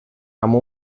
amb